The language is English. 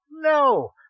No